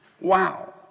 Wow